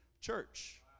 church